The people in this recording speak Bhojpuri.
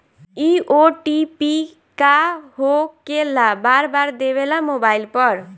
इ ओ.टी.पी का होकेला बार बार देवेला मोबाइल पर?